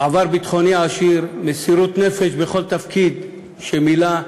ביטחוני עשיר, מסירות נפש בכל תפקיד שמילא,